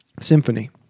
symphony